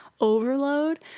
overload